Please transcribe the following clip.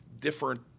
different